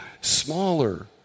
smaller